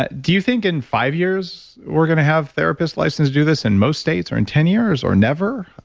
but do you think in five years we're going to have therapists licensed to do this in most states, or in ten years, or never?